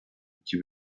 iki